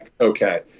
okay